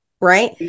right